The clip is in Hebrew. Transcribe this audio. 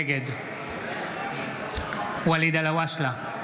נגד ואליד אלהואשלה,